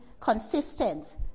consistent